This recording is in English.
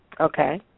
Okay